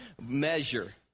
measure